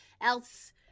else